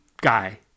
guy